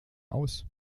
aus